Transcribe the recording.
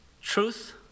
truth